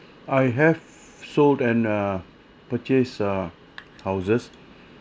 I have sold and err purchase err houses